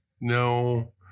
No